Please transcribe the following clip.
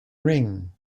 ring